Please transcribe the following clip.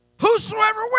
Whosoever